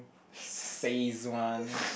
says one